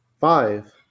five